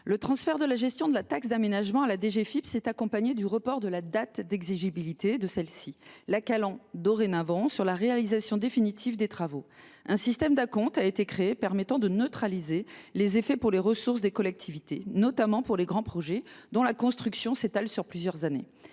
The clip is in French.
le transfert de la gestion de la taxe d’aménagement à la DGFiP s’est accompagné du report de la date d’exigibilité de celle ci. Cette date est dorénavant calée sur la réalisation définitive des travaux. Un système d’acompte a été créé, permettant de neutraliser les effets sur les ressources des collectivités, notamment pour les grands projets dont la construction s’étale sur plusieurs années.